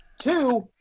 two